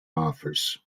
offers